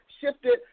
shifted